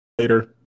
Later